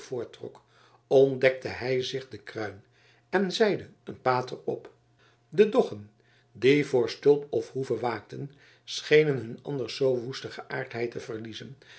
ontdekte hij zich de kruin en zeide een pater op de doggen die voor stulp of hoeve waakten schenen hun anders zoo woeste geaardheid te verliezen